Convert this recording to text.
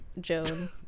Joan